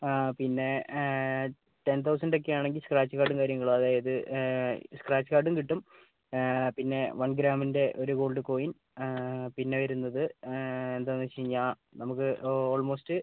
ആ പിന്നെ ten thousand ഒക്കെ ആണെങ്കിൽ സ്ക്രാച്ച് കാർഡും കാര്യങ്ങളും അതായത് സ്ക്രാച്ച് കാർഡും കിട്ടും പിന്നെ വൺ ഗ്രാമിൻ്റെ ഒരു ഗോൾഡ് കോയിൻ പിന്നെ വരുന്നത് എന്താന്ന് വെച്ച് കഴിഞ്ഞാൽ നമുക്ക് ഓൾമോസ്റ്റ്